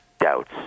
doubts